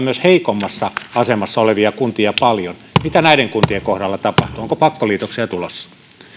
myös heikommassa asemassa olevia kuntia paljon mitä näiden kuntien kohdalla tapahtuu onko pakkoliitoksia tulossa